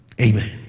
Amen